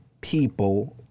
people